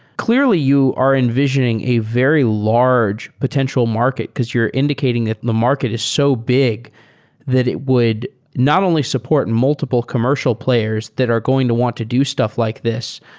clearly, you are envisioning a very large potential market because you're indicating that the market is so big that it would not only support multiple commercial players that are going to want to do stuff like this,